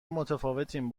متفاوتیم